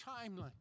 timely